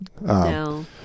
No